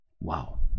Wow